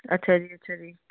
ਅੱਛਾ ਜੀ ਅੱਛਾ ਜੀ